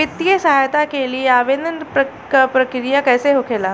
वित्तीय सहायता के लिए आवेदन क प्रक्रिया कैसे होखेला?